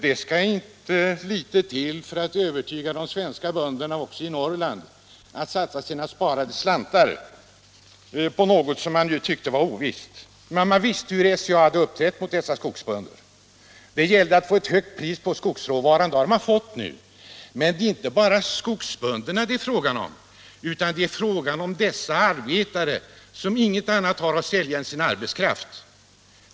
Det skall inte litet till för att övertyga de svenska bönderna också i Norrland om att de borde satsa sina sparade slantar på något sådant, som de kunde bedöma som ovisst. Man visste hur SCA hade uppträtt mot dessa skogsbönder. 31 Det gällde då att få ett högt pris på skogsråvaran, och det har man nu fått. Men det är inte bara skogsbönderna det gäller utan också de arbetare som inte har något annat att sälja än sin arbetskraft.